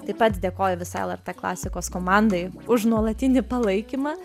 taip pat dėkoju visai lrt klasikos komandai už nuolatinį palaikymą